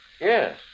Yes